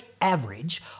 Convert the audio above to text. average